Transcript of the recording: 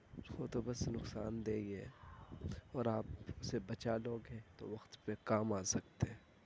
وہ تو بس نقصان دہ ہی ہے اور آپ اسے بچا لو گے تو وقت پہ کام آ سکتے ہیں